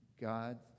God